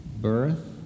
Birth